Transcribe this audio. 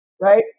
Right